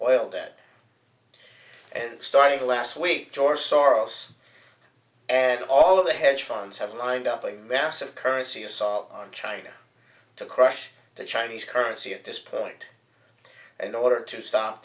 debt and started last week george soros and all of the hedge funds have lined up a massive currency assault on china to crush the chinese currency at this point in order to stop